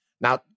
Now